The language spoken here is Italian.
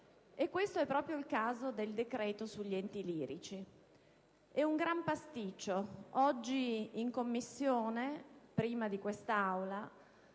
Questo è proprio il caso del decreto sugli enti lirici. È un gran pasticcio. Oggi in Commissione, prima dei lavori